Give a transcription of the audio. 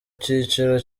cyiciro